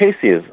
cases